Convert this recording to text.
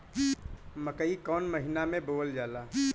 मकई कौन महीना मे बोअल जाला?